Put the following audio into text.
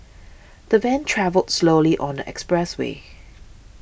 the van travelled slowly on the expressway